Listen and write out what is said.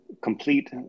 complete